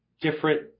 different